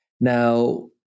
Now